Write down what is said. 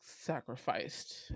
sacrificed